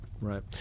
Right